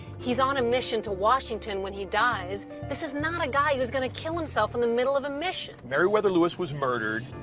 he's on a mission to washington when he dies. this is not a guy who's gonna kill himself in the middle of a mission. meriwether lewis was murdered.